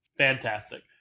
fantastic